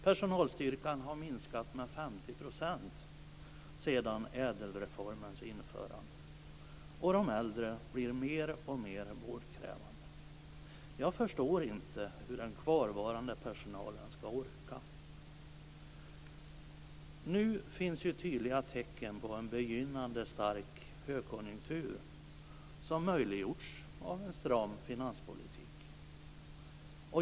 Personalstyrkan har minskat med 50 % sedan ädelreformens införande, och de äldre blir mer och mer vårdkrävande. Jag förstår inte hur den kvarvarande personalen skall orka. Nu finns tydliga tecken på en begynnande stark högkonjunktur, som möjliggjorts av en stram finanspolitik.